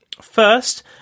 First